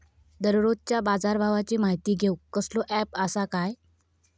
दररोजच्या बाजारभावाची माहिती घेऊक कसलो अँप आसा काय?